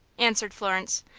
answered florence,